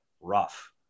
rough